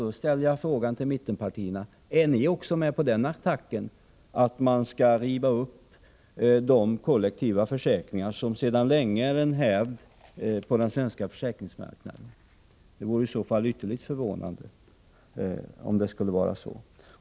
Då ställer jag frågan till mittenpartiernas företrädare: Är ni också med på den attacken, att man skall riva upp de kollektiva försäkringar som sedan länge har hävd på den svenska försäkringsmarknaden? Om det skulle vara så, vore det ytterligt förvånande.